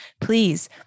please